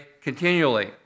continually